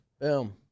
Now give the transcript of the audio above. boom